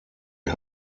der